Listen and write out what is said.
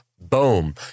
boom